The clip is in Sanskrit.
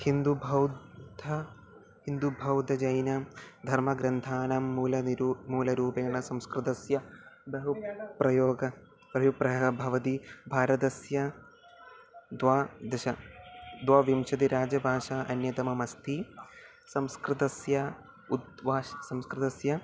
हिन्दुबौद्धः हिन्दुबौद्धजैनधर्मग्रन्थानां मूलनिरूपणं मूलरूपेण संस्कृतस्य बहु प्रयोगः प्रवाहः प्रवाहः भवति भारतस्य द्वादश द्वाविंशतिराजभाषा अन्यतममस्ति संस्कृतस्य उद्देशः संस्कृतस्य